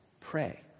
pray